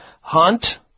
hunt